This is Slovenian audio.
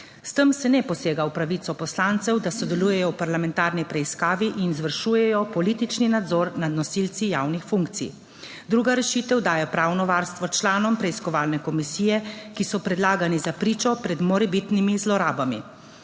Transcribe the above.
S tem se ne posega v pravico poslancev, da sodelujejo v parlamentarni preiskavi in izvršujejo politični nadzor nad nosilci javnih funkcij. Druga rešitev daje pravno varstvo članom preiskovalne komisije, ki so predlagani za pričo pred morebitnimi zlorabami.